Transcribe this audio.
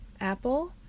Apple